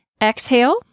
Exhale